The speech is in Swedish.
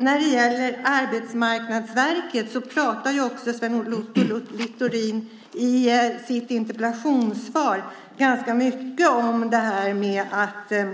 När det gäller Arbetsmarknadsverkets område talar Sven Otto Littorin i interpellationssvaret om att